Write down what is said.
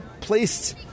placed